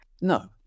No